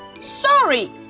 Sorry